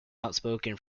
outspoken